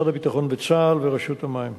משרד הביטחון וצה"ל ורשות המים.